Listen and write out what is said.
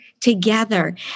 together